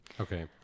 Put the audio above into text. okay